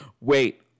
Wait